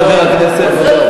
חבר הכנסת ריבלין,